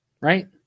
Right